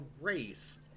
race